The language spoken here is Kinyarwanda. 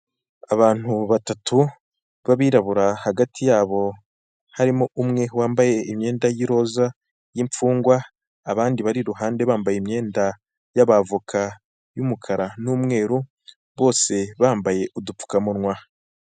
Abantu batatu b'abirabura hagati yabo harimo umwe wambaye imyenda y'iroza y'imfungwa, abandi bari iruhande bambaye imyenda y'abavoka y'umukara n'umweru bose bambaye udupfukamunwa.